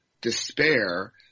despair